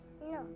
No